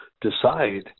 decide